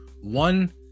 one